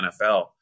NFL